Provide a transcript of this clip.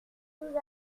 sous